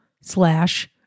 slash